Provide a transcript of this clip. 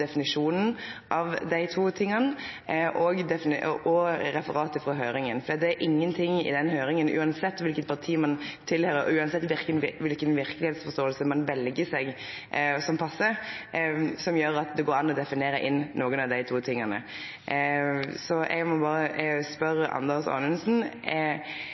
definisjonen av dette og referatet frå høyringa. For det er ingenting i den høyringa, uansett kva parti ein høyrer til, og uansett kva verkelegheitsforståing ein vel seg, som passar, som gjer at det går an å definere inn noko av dette. Så eg må berre spørje Anders Anundsen: